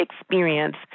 experience